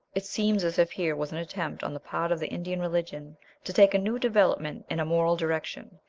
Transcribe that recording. it seems as if here was an attempt on the part of the indian religion to take a new development in a moral direction,